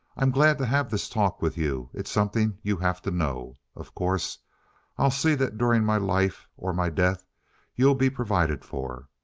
i'm glad to have this talk with you. it's something you have to know. of course i'll see that during my life or my death you'll be provided for.